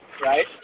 Right